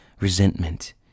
resentment